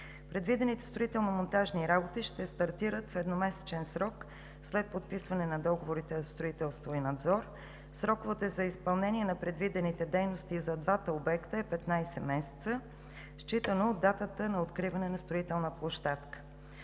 Предвидените строително-монтажни работи ще стартират в едномесечен срок след подписване на договорите за строителство и надзор. Сроковете за изпълнение на предвидените дейности за двата обекта е 15 месеца, считано от датата на откриване на строителна площадка.